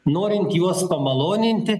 norint juos pamaloninti